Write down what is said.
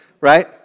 right